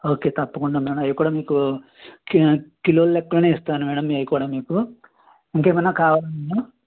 okay తప్పకుండ madam అవి కూడా మీకు కి కిలోల లెక్కనే ఇస్తాను మేడం అవి కూడా మీకు ఇంకా ఏమైనా కావాలా మేడం